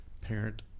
parent